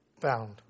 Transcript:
found